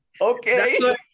Okay